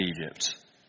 Egypt